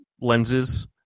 lenses